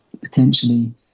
potentially